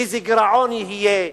איזה גירעון יהיה,